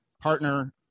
partner